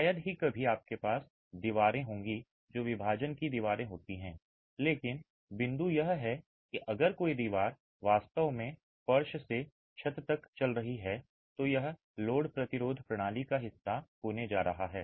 शायद ही कभी आपके पास दीवारें होंगी जो विभाजन की दीवारें होती हैं लेकिन बिंदु यह है कि अगर कोई दीवार वास्तव में फर्श से छत तक चल रही है तो यह लोड प्रतिरोध प्रणाली का हिस्सा होने जा रहा है